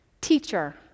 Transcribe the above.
teacher